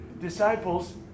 disciples